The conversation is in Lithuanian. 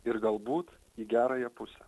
ir galbūt į gerąją pusę